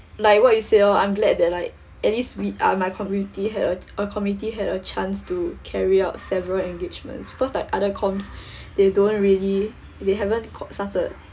like what you said lor I'm glad that like at least we ah my community had a uh committee had a chance to carry out several engagements because like other comms they don't really they haven't started